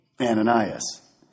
Ananias